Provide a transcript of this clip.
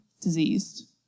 diseased